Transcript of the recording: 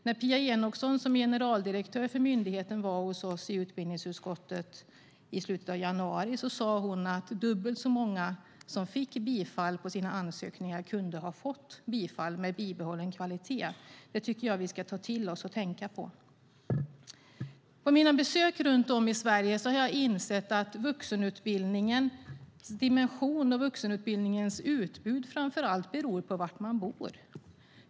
När Pia Enochsson, som är generaldirektör för myndigheten, var hos oss i utbildningsutskottet i januari sade hon att dubbelt så många som fick bifall på sina ansökningar kunde ha fått bifall - med bibehållen kvalitet. Det tycker jag att vi ska ta till oss och tänka på. På mina besök runt om i Sverige har jag insett att vuxenutbildningens dimension och framför allt utbud beror på var man bor.